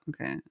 okay